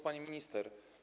Pani Minister!